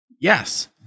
Yes